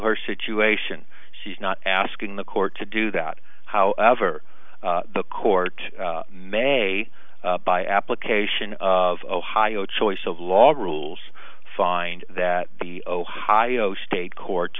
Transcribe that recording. her situation she's not asking the court to do that however the court may by application of hio choice of law rules find that the ohio state court